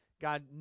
God